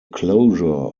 closure